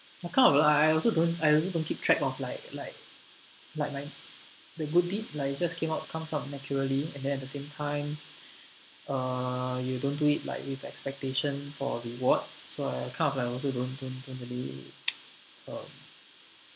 what kind of like I also don't I really don't keep track of like like like my like the good deed like you just came out comes out naturally and then at the same time uh you don't do it like with expectation for a reward so I kind of like don't don't really um